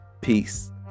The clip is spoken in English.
peace